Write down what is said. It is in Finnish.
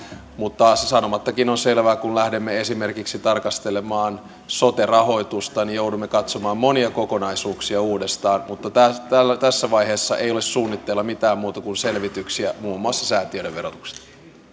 mutta se sanomattakin on selvää kun lähdemme esimerkiksi tarkastelemaan sote rahoitusta että joudumme katsomaan monia kokonaisuuksia uudestaan mutta tässä vaiheessa ei ole suunnitteilla mitään muuta kuin selvityksiä muun muassa säätiöiden verotuksesta